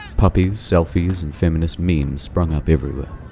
puppies, selfies, and feminist memes sprung up everywhere.